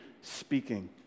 speaking